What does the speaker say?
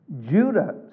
Judah